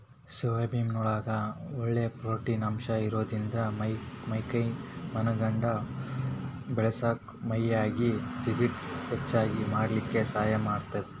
soybean ನೊಳಗ ಒಳ್ಳೆ protein ಅಂಶ ಇರೋದ್ರಿಂದ ಮೈ ಕೈ ಮನಗಂಡ ಬೇಳಸಾಕ ಮೈಯಾಗಿನ ಜಿಗಟ್ ಹೆಚ್ಚಗಿ ಮಾಡ್ಲಿಕ್ಕೆ ಸಹಾಯ ಮಾಡ್ತೆತಿ